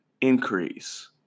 increase